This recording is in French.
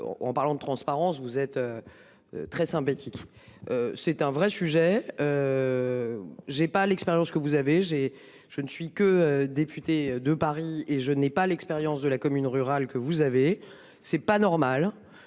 en parlant de transparence, vous êtes. Très sympathique. C'est un vrai sujet. J'ai pas l'expérience que vous avez, j'ai, je ne suis que député de Paris et je n'ai pas l'expérience de la commune rurale que vous avez c'est pas normal